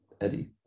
Eddie